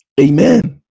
Amen